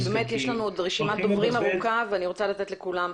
באמת יש לנו עוד רשימת דוברים ארוכה ואני רוצה לתת לכולם.